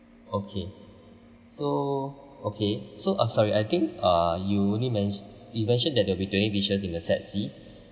okay so okay so uh sorry I think uh you only men~ you mentioned that there will be twenty dishes in the set C